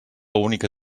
única